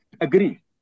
agree